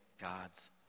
God's